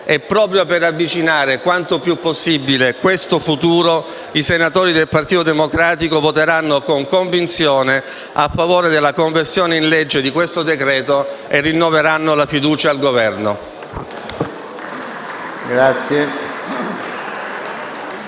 e, proprio per avvicinare quanto più possibile questo futuro, i senatori del Partito Democratico voteranno con convinzione a favore della conversione in legge di questo decreto-legge e rinnoveranno la fiducia al Governo.